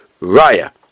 raya